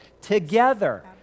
together